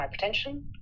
hypertension